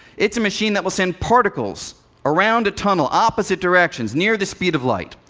it's a machine that will send particles around a tunnel, opposite directions, near the speed of light.